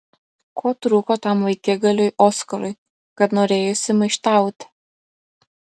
ko trūko tam vaikigaliui oskarui kad norėjosi maištauti